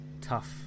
tough